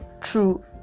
true